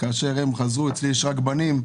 לי יש רק בנים,